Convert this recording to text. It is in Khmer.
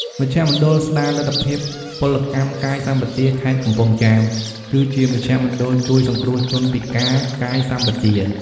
មជ្ឈមណ្ឌលស្តារលទ្ធភាពពលកម្មកាយសម្បទា ខេត្តកំពង់ចាម គឺជាមជ្ឈមណ្ឌលជួយសង្គ្រោះជនពិការកាយសប្បទា។